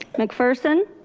mcpherson.